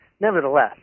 Nevertheless